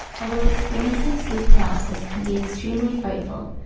although experiencing sleep paralysis can be extremely frightful,